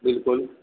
बिल्कुल